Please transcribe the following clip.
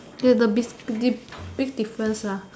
this is the big dip big difference lah